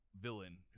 villain